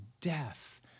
death